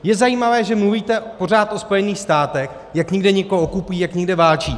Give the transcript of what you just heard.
Je zajímavé, že mluvíte pořád o Spojených státech, jak někde někoho okupují, jak někde válčí.